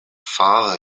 father